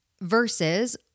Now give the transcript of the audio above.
versus